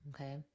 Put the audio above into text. Okay